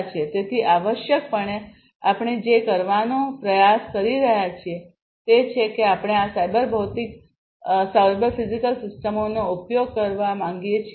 તેથી આવશ્યકપણે આપણે જે કરવાનો પ્રયાસ કરી રહ્યા છીએ તે છે કે આપણે આ સાયબર ભૌતિક સિસ્ટમોનો ઉપયોગ કરવા માંગીએ છીએ